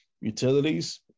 utilities